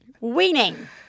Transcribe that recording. weaning